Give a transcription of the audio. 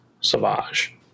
Savage